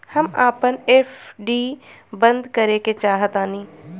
हम अपन एफ.डी बंद करेके चाहातानी